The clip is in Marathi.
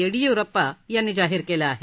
येडियुरप्पा यांनी जाहीर केलं आहे